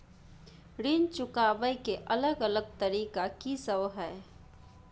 ऋण चुकाबय के अलग अलग तरीका की सब हय?